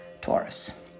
Taurus